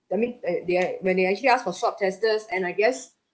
I mean uh they uh when they actually ask for swab testers and I guess